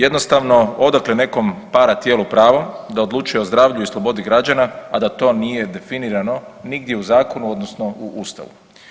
Jednostavno odakle nekom paratijelu pravo da odlučuje o zdravlju i slobodi građana, a da to nije definirano nigdje u zakonu odnosno u ustavu?